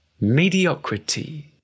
Mediocrity